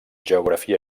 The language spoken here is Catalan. geografia